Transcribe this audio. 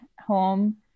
home